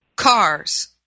Cars